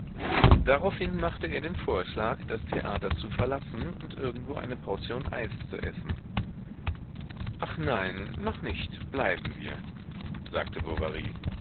daraufhin machte er den vorschlag das theater zu verlassen und irgendwo eine portion eis zu essen ach nein noch nicht bleiben wir sagte bovary